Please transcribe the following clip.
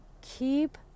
keep